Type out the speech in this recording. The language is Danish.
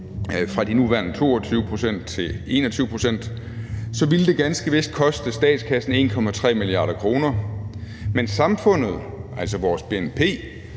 fra de nuværende 22 pct. til 21 pct., så ville det ganske vist koste statskassen 1,3 mia. kr., men samfundet, altså vores bnp,